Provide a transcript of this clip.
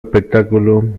espectáculo